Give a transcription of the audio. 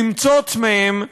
למצוץ מהם,